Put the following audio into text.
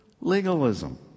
Legalism